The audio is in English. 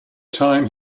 time